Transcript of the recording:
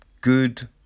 good